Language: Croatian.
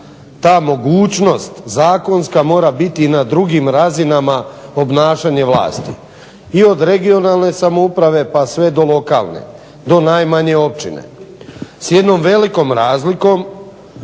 ta mogućnost zakonska mora biti i na drugim razinama obnašanje vlasti i od regionalne samouprave, pa sve do lokalne, do najmanje općine s jednom velikom razlikom